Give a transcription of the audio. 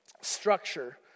structure